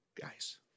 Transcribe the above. guys